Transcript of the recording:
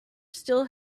still